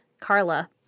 Carla